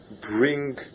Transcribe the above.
bring